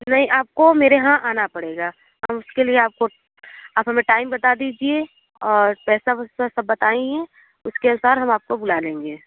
नहीं आपको मेरे यहाँ आना पड़ेगा और उसके लिए आपको आप हमें टाइम बता दीजिए और पैसा वैसा सब बता ही दी हैं उसके अनुसार हम आपको बुला लेंगे